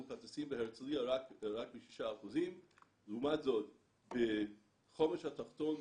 מקצצים בהרצליה רק 6%. לעומת זאת בחומש התחתון,